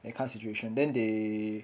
that kind of situation then they